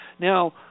Now